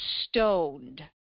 stoned